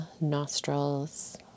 nostrils